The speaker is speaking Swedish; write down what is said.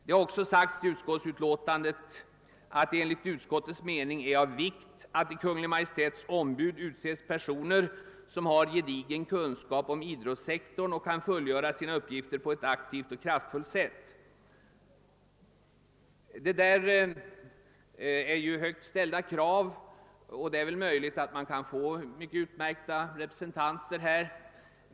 Det har sagts i utskottsutlåtandet att det enligt utskottets mening är av vikt att »till Kungl. Maj:ts ombud utses personer som har gedigen kunskap om idrotts sektorn och kan fullgöra sina uppgifter på ett aktivt och kraftfullt sätt«. Det är högt ställda krav, och det är möjligt att man kan få utmärkta representanter.